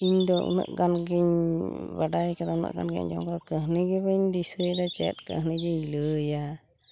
ᱤᱧᱫᱚ ᱩᱱᱟᱹᱜ ᱜᱟᱱᱜᱤᱧ ᱵᱟᱰᱟᱭ ᱠᱟᱫᱟ ᱩᱱᱟᱹᱜ ᱜᱟᱱ ᱜᱤᱧ ᱟᱸᱡᱚᱢ ᱠᱟᱫᱟ ᱠᱟᱹᱦᱱᱤ ᱜᱮ ᱵᱟᱹᱧ ᱫᱤᱥᱟᱹᱭᱮᱫᱟ ᱪᱮᱫ ᱠᱟᱹᱦᱱᱤ ᱡᱤᱧ ᱞᱟᱹᱭᱟ